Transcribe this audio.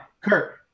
Kurt